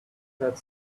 had